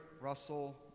Russell